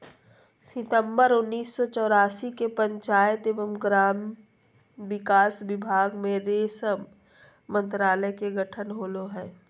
सितंबर उन्नीस सो चौरासी के पंचायत एवम ग्रामीण विकास विभाग मे रेशम मंत्रालय के गठन होले हल,